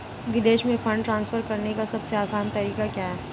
विदेश में fund transfer करने का सबसे आसान तरीका क्या है?